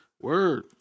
Word